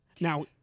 Now